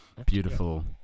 Beautiful